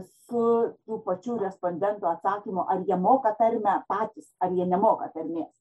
su tų pačių respondentų atsakymu ar jie moka tarmę patys ar jie nemoka tarmės